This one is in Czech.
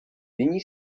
nyní